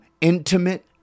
intimate